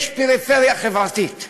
יש פריפריה חברתית.